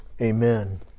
Amen